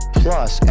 plus